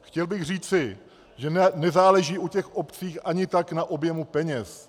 Chtěl bych říci, že nezáleží u obcí ani tak na objemu peněz.